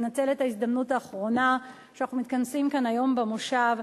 מנצלת את ההזדמנות האחרונה שאנחנו מתכנסים כאן היום במושב,